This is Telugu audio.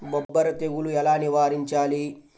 బొబ్బర తెగులు ఎలా నివారించాలి?